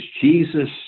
Jesus